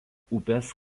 upės